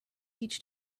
each